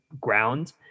ground